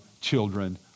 children